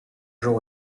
jour